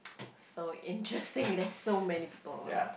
so interesting there's so many people I want to